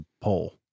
poll